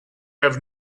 have